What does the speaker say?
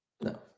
No